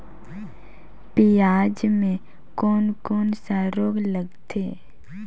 पियाज मे कोन कोन सा रोग लगथे?